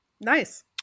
Nice